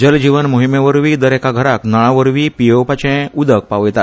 जल जीवन मोहिमेवरवी दरेक घराक नळावरवी पियेवपाचे उदक पावयतात